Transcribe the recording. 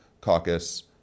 caucus